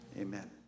Amen